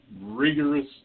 rigorous